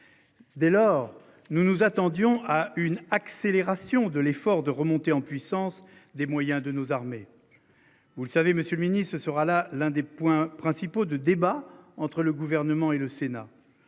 Dès lors, nous nous attendions à une accélération de l'effort de remontée en puissance des moyens de nos armées. Vous le savez Monsieur le Ministre, ce sera là l'un des points principaux de débat entre le gouvernement et le Sénat.